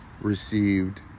received